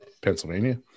Pennsylvania